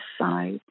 side